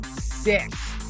six